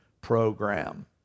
program